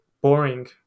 boring